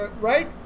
right